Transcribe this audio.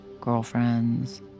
girlfriends